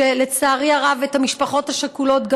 ולצערי הרב, גם את המשפחות השכולות.